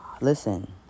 Listen